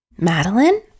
Madeline